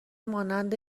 مانند